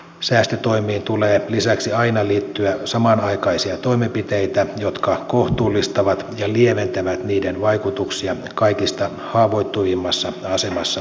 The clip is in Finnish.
säästötoimiin tulee lisäksi aina liittyä samanaikaisia toimenpiteitä jotka kohtuullistavat ja lieventävät niiden vaikutuksia kaikista haavoittuvimmassa asemassa oleviin ihmisiin